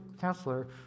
counselor